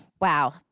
Wow